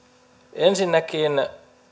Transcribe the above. ensinnäkin